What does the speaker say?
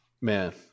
man